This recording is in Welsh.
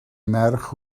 merch